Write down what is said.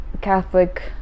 Catholic